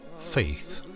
faith